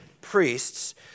priests